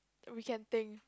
we can think